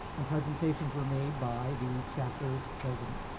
and presentations were made by the chapter's president.